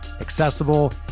accessible